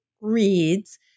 reads